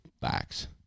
backs